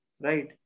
right